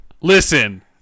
Listen